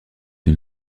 une